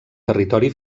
territori